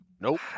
Nope